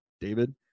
David